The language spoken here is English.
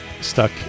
stuck